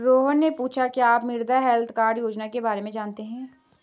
रोहन ने पूछा कि क्या आप मृदा हैल्थ कार्ड योजना के बारे में जानते हैं?